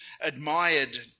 admired